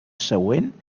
següent